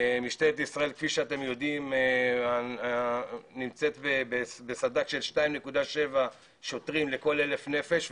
משטרת ישראל כפי שאתם יודעים נמצאת בסד"כ של 2.7 שוטרים לכל אלף נפש,